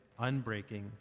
unbreaking